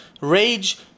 Rage